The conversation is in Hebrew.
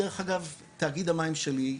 דרך אגב תאגיד המים שלי,